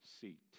seat